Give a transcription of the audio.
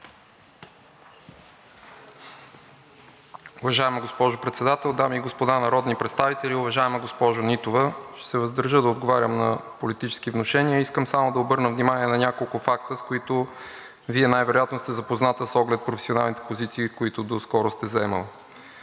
Уважаема госпожо Председател, дами и господа народни представители! Уважаема госпожо Нитова, ще се въздържа да отговарям на политически внушения. Искам само да обърна внимание на няколко факта, с които Вие най-вероятно сте запозната с оглед на професионалните позиции, които доскоро сте заемала.